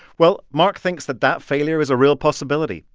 well, mark thinks that that failure is a real possibility.